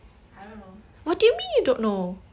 I don't know